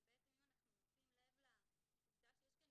אבל בעצם אם אנחנו נשים לב לעובדה שיש כאן